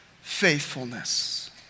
faithfulness